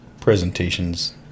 presentations